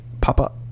Papa